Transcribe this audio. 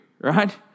right